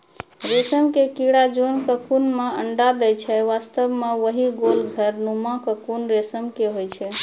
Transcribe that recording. रेशम के कीड़ा जोन ककून मॅ अंडा दै छै वास्तव म वही गोल घर नुमा ककून रेशम के होय छै